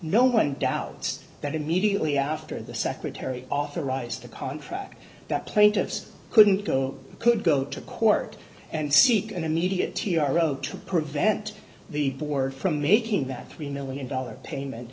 no one doubts that immediately after the secretary authorized the contract that plaintiffs couldn't go could go to court and seek an immediate t r o to prevent the board from making that three million dollars payment